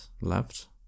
left